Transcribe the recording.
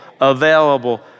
available